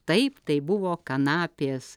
taip tai buvo kanapės